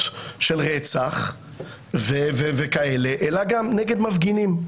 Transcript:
של רצח וכאלה אלא גם נגד מפגינים,